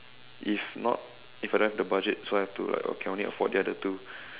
if not if I don't have the budget so I have to like I can only afford the other two